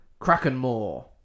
Krakenmore